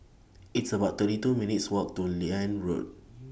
It's about thirty two minutes' Walk to Liane Road